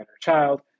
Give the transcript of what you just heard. Child